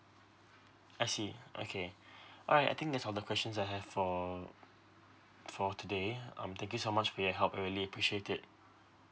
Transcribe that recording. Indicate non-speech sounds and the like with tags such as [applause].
I see okay [breath] alright I think that's all the questions I have for for today um thank you so much for your help I really appreciate it